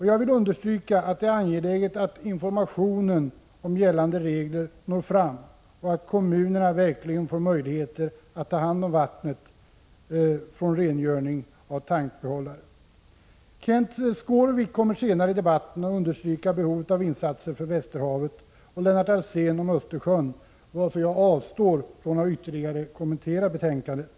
Jag vill understryka att det är angeläget att informationen om gällande regler når fram och att kommunerna får möjligheter att ta hand om vattnet från rengöring av tankbehållare. Kenth Skårvik kommer senare i debatten att understryka behovet av insatser för Västerhavet och Lennart Alsén motsvarande för Östersjön, varför jag avstår från att ytterligare kommentera betänkandet.